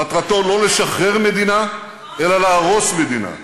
מטרתו לא לשחרר מדינה, אלא להרוס מדינה.